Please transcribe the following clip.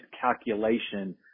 calculation